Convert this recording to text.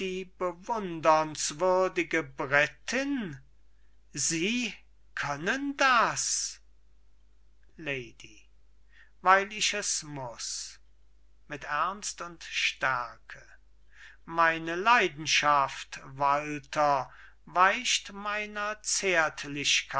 bewundernswürdige britten sie können das lady weil ich es muß mit ernst und stärke meine leidenschaft walter weicht meiner